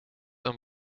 een